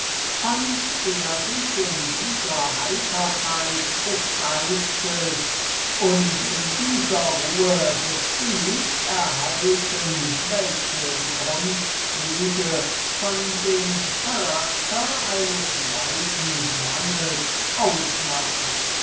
nicht schwer sich immer in dieser heiterkeit des geistes und in dieser ruhe des gemütes zu erhalten welche die grundzüge von dem charakter eines weisen mannes ausmachen